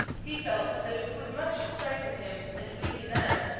he felt that it would much strengthen him and weaken them,